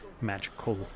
magical